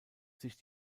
sich